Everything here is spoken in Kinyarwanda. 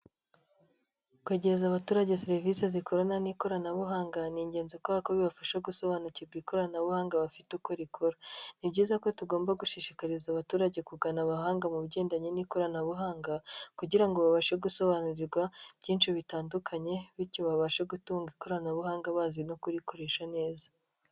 Kwegereza abaturage serivisi z'ikorana n'ikoranabuhanga ni ingenzi kubera ko bibafasha gusobanukirwa ikoranabuhanga bafite uko rikora, ni byiza ko tugomba gushishikariza abaturage kugana abahanga mu bigendanye n'ikoranabuhanga, kugira ngo babashe gusobanurirwa byinshi bitandukanye bityo babashe gutunga ikoranabuhanga bazi no kurikoresha neza.